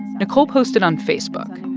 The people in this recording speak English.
nicole posted on facebook,